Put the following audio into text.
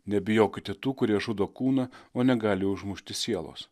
nebijokite tų kurie žudo kūną o negali užmušti sielos